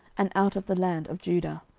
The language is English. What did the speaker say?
and out of the land of judah.